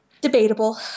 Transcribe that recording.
debatable